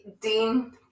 Dean